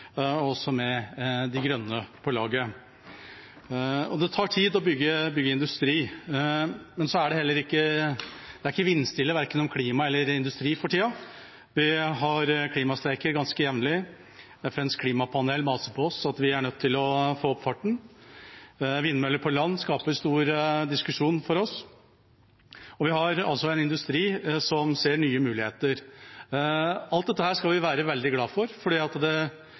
også med de grønne på laget. Det tar tid å bygge industri, men det er ikke vindstille – verken om klima eller industri for tida. Vi har klimastreiker ganske jevnlig. FNs klimapanel maser om at vi er nødt til å få opp farten. Vindmøller på land skaper stor diskusjon hos oss. Og vi har en industri som ser nye muligheter. Alt dette skal vi være veldig glade for, for på sitt beste vil det